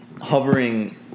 hovering